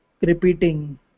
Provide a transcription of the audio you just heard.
repeating